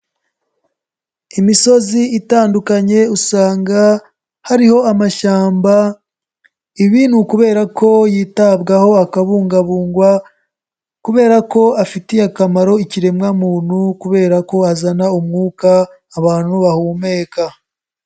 Imisozi itandukanye usanga hariho amashyamba, ibi ni ukubera ko yitabwaho akabungabungwa kubera ko afitiye akamaro ikiremwa muntu kubera ko azana umwuka abantu bahumeka.